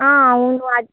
అవును